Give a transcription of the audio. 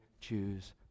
choose